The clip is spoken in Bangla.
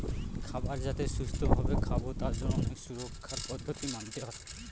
খাবার যাতে সুস্থ ভাবে খাবো তার জন্য অনেক সুরক্ষার পদ্ধতি মানতে হয়